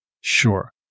Sure